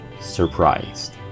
surprised